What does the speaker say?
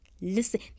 listen